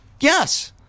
Yes